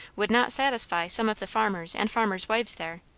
would not satisfy some of the farmers and farmers' wives there.